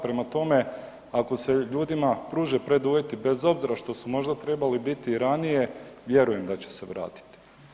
Prema tome, ako se ljudima pruže preduvjeti bez obzira što su možda trebali biti i ranije vjerujem da će se vratiti.